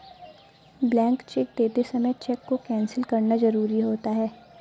blank cheque देते समय cheque को कैंसिल करना जरुरी होता है